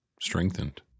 strengthened